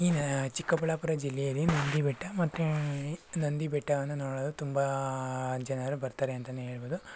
ಈ ಚಿಕ್ಕಬಳ್ಳಾಪುರ ಜಿಲ್ಲೆಯಲ್ಲಿ ನಂದಿ ಬೆಟ್ಟ ಮತ್ತೆ ನಂದಿ ಬೆಟ್ಟವನ್ನು ನೋಡಲು ತುಂಬ ಜನರು ಬರ್ತಾರೆ ಅಂತಲೇ ಹೇಳಬಹುದು